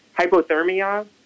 hypothermia